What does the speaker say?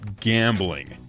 gambling